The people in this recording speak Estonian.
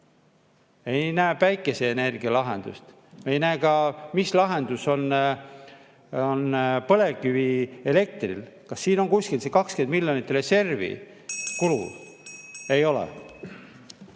ei näe päikeseenergia lahendust. Ei näe ka, mis lahendus on põlevkivielektril, kas siin on kuskil see 20 miljonit reservi kulu? Ei ole.